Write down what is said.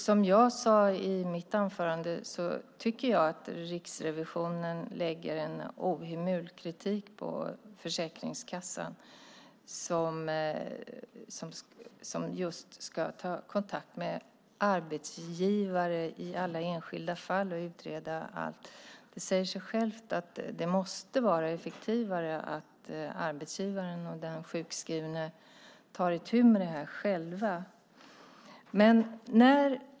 Som jag sade i mitt anförande tycker jag att Riksrevisionen är ohemul i sin kritik av Försäkringskassan som ska ta kontakt med arbetsgivare i alla enskilda fall och utreda allt. Det säger sig självt att det måste vara effektivare att arbetsgivaren och den sjukskrivne tar itu med detta själva.